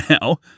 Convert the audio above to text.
now